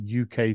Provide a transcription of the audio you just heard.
UK